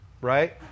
right